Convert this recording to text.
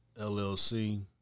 LLC